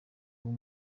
kuba